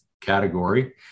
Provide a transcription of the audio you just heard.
category